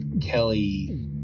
Kelly